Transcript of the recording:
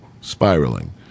spiraling